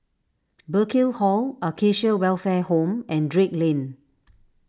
Burkill Hall Acacia Welfare Home and Drake Lane